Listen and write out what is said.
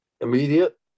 immediate